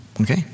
Okay